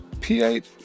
pH